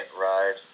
ride